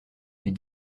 les